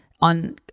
on